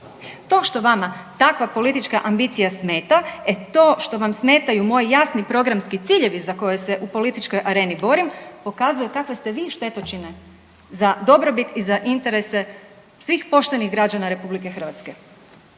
To što vama takva politička ambicija smeta, e to što vam smetaju moji jasni programski ciljevi za koje se u političkoj areni borim, pokazuje kakve ste vi štetočine za dobrobit i za interese svih poštenih građana RH.